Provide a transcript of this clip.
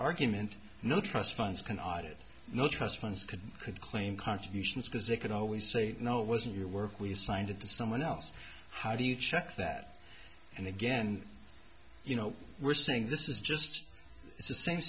argument no trust funds can audit no trust funds could could claim contributions because they could always say no it wasn't your work we signed it to someone else how do you check that and again you know we're saying this is just the same